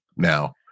Now